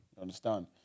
understand